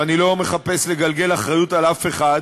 ואני לא מחפש לגלגל אחריות על אף אחד,